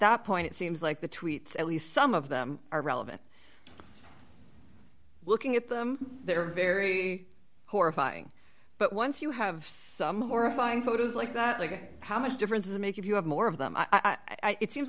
that point it seems like the tweets at least some of them are relevant looking at them they're very horrifying but once you have some horrifying photos like that like how much difference does it make if you have more of them i get seems